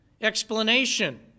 Explanation